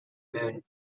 moon